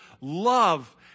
love